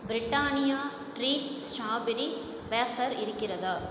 Britannia treat strawberry wafer இருக்கிறதா